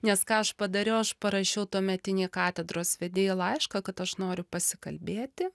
nes ką aš padariau aš parašiau tuometinį katedros vedėjo laišką kad aš noriu pasikalbėti